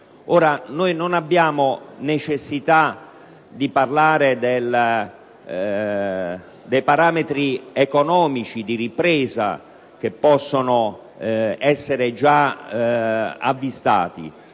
Ora non abbiamo necessità di parlare dei parametri economici di ripresa che possono essere già avvistati,